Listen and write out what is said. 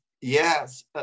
Yes